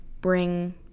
bring